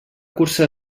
cursar